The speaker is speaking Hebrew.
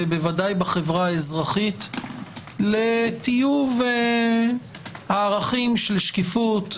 ובוודאי בחברה האזרחית לטיוב הערכים של שקיפות,